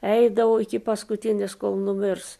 eidavo iki paskutinės kol numirs